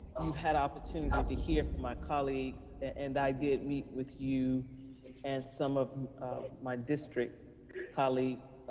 you've had opportunity um to hear from my colleagues and i did meet with you and some of my district colleagues